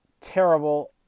terrible